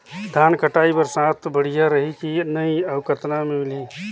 धान कटाई बर साथ बढ़िया रही की नहीं अउ कतना मे मिलही?